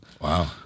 Wow